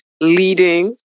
leading